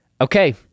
Okay